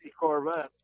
Corvette